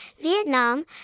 vietnam